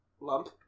lump